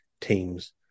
teams